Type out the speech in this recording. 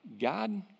God